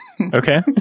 Okay